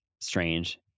Strange